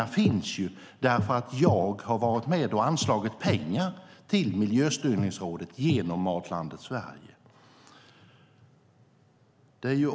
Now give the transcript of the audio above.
De finns därför att jag har varit med och anslagit pengar till Miljöstyrningsrådet genom Matlandet Sverige.